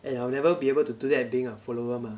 and I'll never be able to do that being a follower mah